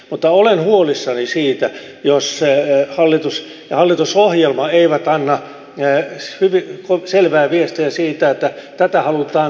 mutta olen huolissani siitä jos hallitus ja hallitusohjelma eivät anna selvää viestiä siitä että tätä halutaan jatkaa